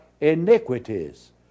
iniquities